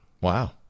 Wow